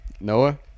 Noah